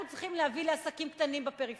אנחנו צריכים להביא להקמת עסקים קטנים בפריפריה,